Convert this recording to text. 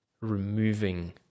removing